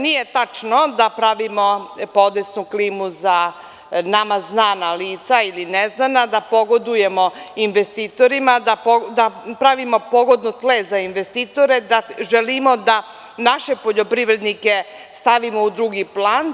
Nije tačno da pravimo podesnu klimu za nama znana lica ili neznana, da pogodujemo investitorima, da pravimo pogodno tle za investitore, da želimo da naše poljoprivrednike stavimo u drugi plan.